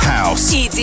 House